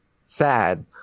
sad